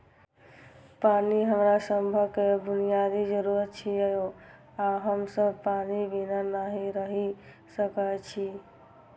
पानि हमरा सभक बुनियादी जरूरत छियै आ हम सब पानि बिना नहि रहि सकै छी